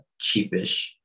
cheapish